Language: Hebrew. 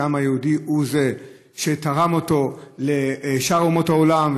שהעם היהודי הוא שתרם אותו לשאר אומות העולם.